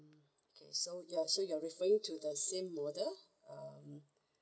okay so you're actually referring to the same model